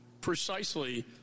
precisely